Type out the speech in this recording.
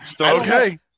Okay